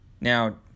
Now